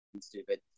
stupid